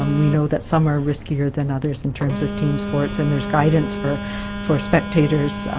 um we know that some are riskier than others in terms of team sports and this guidance for for spectators,